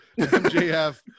mjf